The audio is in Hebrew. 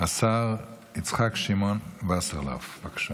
השר יצחק שמעון וסרלאוף, בבקשה.